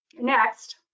next